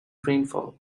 rainfall